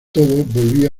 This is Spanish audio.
volvía